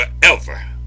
forever